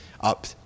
up